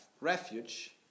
Refuge